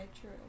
true